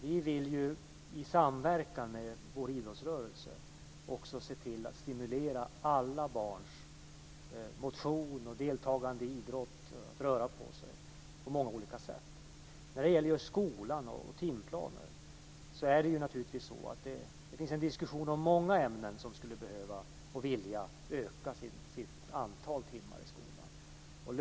Vi vill i samverkan med vår idrottsrörelse stimulera alla barns motion och deltagande i idrott så att de rör på sig på många olika sätt. När det gäller skolan och timplaner finns det en diskussion om många ämnen som skulle behöva och vilja öka sitt antal timmar i skolan.